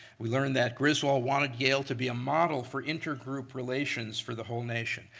we learn that griswold wanted yale to be a model for intergroup relations for the whole nation.